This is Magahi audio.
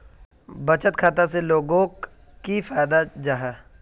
बचत खाता से लोगोक की फायदा जाहा?